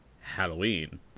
Halloween